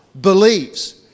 believes